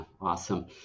Awesome